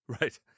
Right